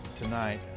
Tonight